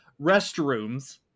restrooms